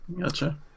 Gotcha